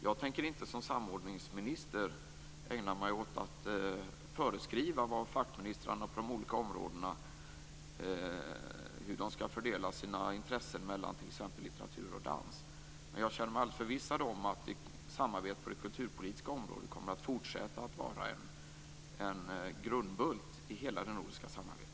Jag tänker inte som samordningsminister ägna mig åt att föreskriva hur fackministrarna på de olika områdena skall fördela sina olika intressen mellan t.ex. litteratur och dans. Men jag känner mig alldeles förvissad om att samarbetet på det kulturpolitiska området kommer att fortsätta att vara en grundbult i hela det nordiska samarbetet.